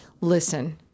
listen